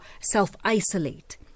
self-isolate